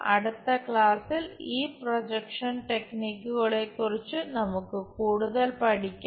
അടുത്ത ക്ലാസ്സിൽ ഈ പ്രൊജക്ഷൻ ടെക്നിക്കുകളെക്കുറിച്ച് നമുക്ക് കൂടുതൽ പഠിക്കാം